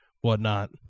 whatnot